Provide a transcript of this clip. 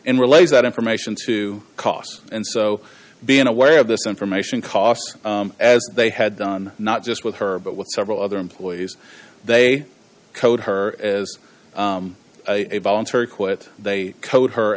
and relays that information to cost and so b in a way of this information cost as they had done not just with her but with several other employees they code her as a voluntary quit they code her